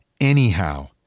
anyhow